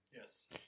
Yes